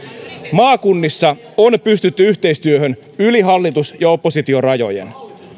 maakunnissa on pystytty yhteistyöhön yli hallitus ja oppositiorajojen